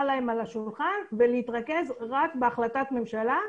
להם על השולחן ולהתרכז רק בהחלטת ממשלה.